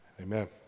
Amen